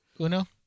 Uno